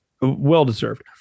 well-deserved